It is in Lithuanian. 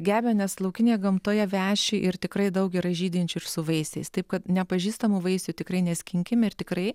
gebenės laukinėje gamtoje veši ir tikrai daug yra žydinčių ir su vaisiais taip kad nepažįstamų vaisių tikrai neskinkim ir tikrai